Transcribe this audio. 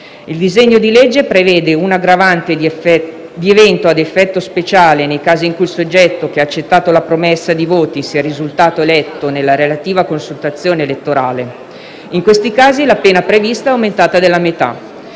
Il disegno di legge prevede un'aggravante di evento ad effetto speciale nei casi in cui il soggetto che ha accettato la promessa di voti sia risultato eletto nella relativa consultazione elettorale. In questi casi la pena prevista è aumentata della metà.